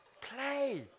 Play